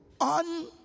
on